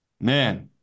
man